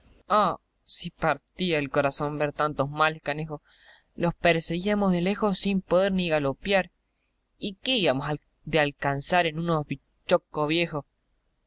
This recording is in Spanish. ah si partía el corazón ver tantos males canejo los perseguíamos de lejos sin poder ni galopiar y qué habíamos de alcanzar en unos vichocos viejos